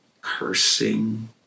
Cursing